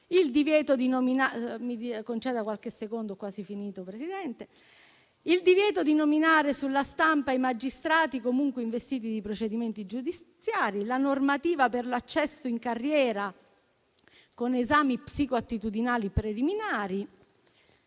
il divieto di nominare sulla stampa i magistrati comunque investiti di procedimenti giudiziari e la normativa per l'accesso in carriera con esami psicoattitudinali preliminari.